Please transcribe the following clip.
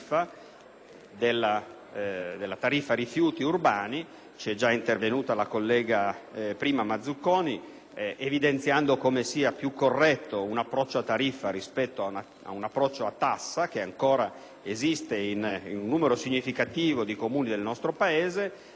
la tariffa rifiuti urbani. È già intervenuta sul tema la collega Mazzuconi evidenziando come sia più corretto un approccio a tariffa rispetto ad un approccio a tassa, che ancora esiste in un numero significativo di Comuni del nostro Paese. Con questo emendamento